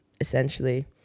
essentially